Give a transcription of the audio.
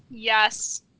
Yes